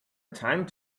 time